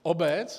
Obec?